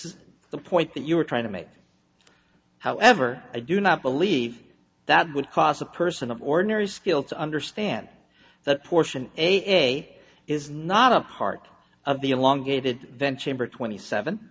is the point that you were trying to make however i do not believe that would cause a person of ordinary skill to understand that portion a is not a part of the elongated then chamber twenty seven